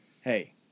hey